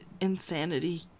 insanity